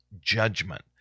judgment